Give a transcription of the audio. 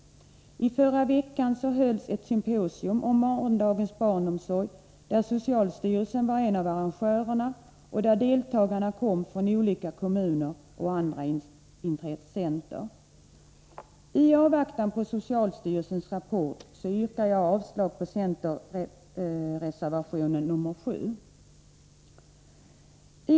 I förra veckan hölls ett symposium om Morgondagens barnomsorg där socialstyrelsen var en av arrangörerna och där deltagarna kom från olika kommuner och andra intressenter. I avvaktan på socialstyrelsens rapport yrkar jag avslag på reservation 7.